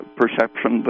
perception